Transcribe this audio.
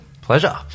Pleasure